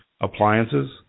appliances